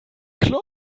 klar